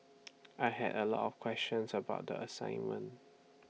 I had A lot of questions about the assignment